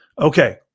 Okay